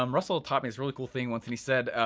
um russell taught me this really cool thing once and he said,